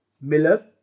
Miller